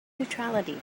neutrality